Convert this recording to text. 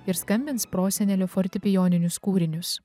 ir skambins prosenelio fortepijoninius kūrinius